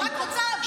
אם חשבתם לשנייה,